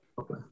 okay